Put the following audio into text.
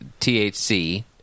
thc